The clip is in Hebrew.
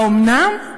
האומנם?